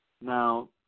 Now